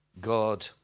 God